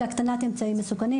זה הקטנת אמצעים מסוכנים,